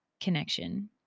connection